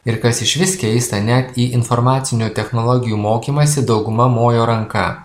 ir kas išvis keista net į informacinių technologijų mokymąsi dauguma mojo ranka